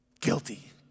Guilty